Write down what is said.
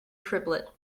triplet